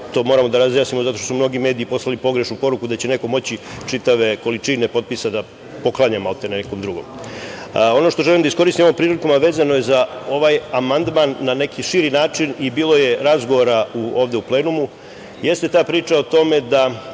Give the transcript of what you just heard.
To moramo da razjasnimo zato što su mnogi mediji poslali pogrešnu poruku da će neko moći čitave količine potpisa da poklanja maltene nekom drugom. Ono što želim da iskoristim ovom prilikom, a vezano je za ovaj amandman na neki širi način. Bilo je razgovora ovde u plenumu o ljudima koji mogu da